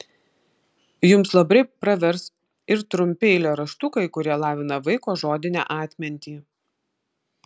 jums labai pravers ir trumpi eilėraštukai kurie lavina vaiko žodinę atmintį